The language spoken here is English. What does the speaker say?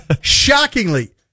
Shockingly